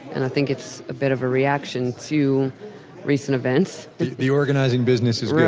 and i think it's a bit of a reaction to recent events. the the organizing business is yeah